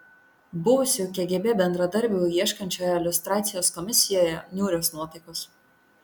buvusių kgb bendradarbių ieškančioje liustracijos komisijoje niūrios nuotaikos